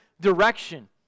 direction